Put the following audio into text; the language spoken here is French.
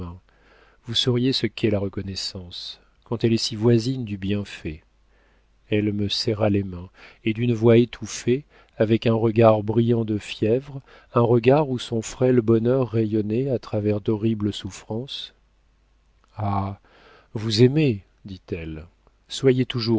vous sauriez ce qu'est la reconnaissance quand elle est si voisine du bienfait elle me serra les mains et d'une voix étouffée avec un regard brillant de fièvre un regard où son frêle bonheur rayonnait à travers d'horribles souffrances ah vous aimez dit-elle soyez toujours